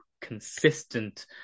consistent